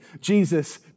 Jesus